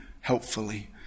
helpfully